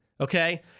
Okay